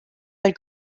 but